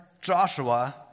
Joshua